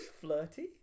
flirty